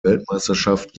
weltmeisterschaft